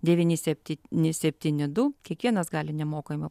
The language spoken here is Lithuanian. devyni septyni septyni du kiekvienas gali nemokamai